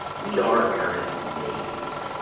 we are arrant knaves,